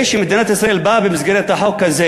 זה שמדינת ישראל באה במסגרת החוק הזה